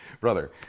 Brother